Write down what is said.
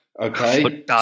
Okay